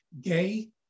gay